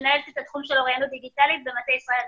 מנהלת תחום אוריינות דיגיטלית במטה ישראל דיגיטלית.